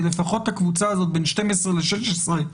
שלפחות הקבוצה הזאת בין 12 ל-16,